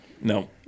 No